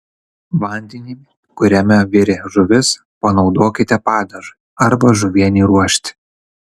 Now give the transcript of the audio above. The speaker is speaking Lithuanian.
vandenį kuriame virė žuvis panaudokite padažui arba žuvienei ruošti